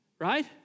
right